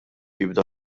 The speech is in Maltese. jibda